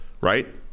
Right